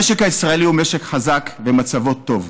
המשק הישראלי הוא משק חזק ומצבו טוב.